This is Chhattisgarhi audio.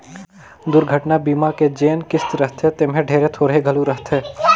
दुरघटना बीमा के जेन किस्त रथे तेम्हे ढेरे थोरहें घलो रहथे